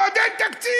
עוד אין תקציב,